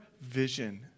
vision